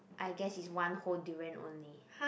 I guess is one whole durian only